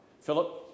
Philip